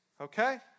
okay